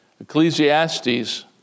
Ecclesiastes